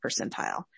percentile